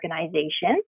organization